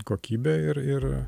kokybė ir ir